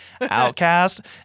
outcast